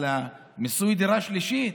מיסוי דירה שלישית?